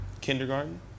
Kindergarten